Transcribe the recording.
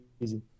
easy